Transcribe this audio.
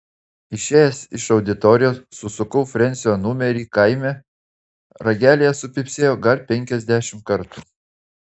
išėjęs iš auditorijos susukau frensio numerį kaime ragelyje supypsėjo gal penkiasdešimt kartų